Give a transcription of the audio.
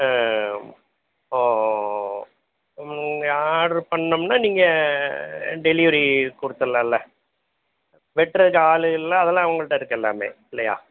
ஆ ஆ ஆ ஓ ஓ ஓ ஓ ஆட்ரு பண்ணிணோம்னா நீங்கள் டெலிவெரி கொடுத்தட்லால்ல வெட்டுறதுக்கு ஆள் கீளெலாம் அதெல்லாம் உங்கள்கிட்ட இருக்குது எல்லாமே இல்லையா